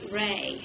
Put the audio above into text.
ray